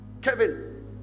Kevin